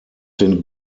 den